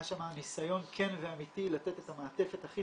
היה שם ניסיון כן ואמתי לתת את המעטפת הכי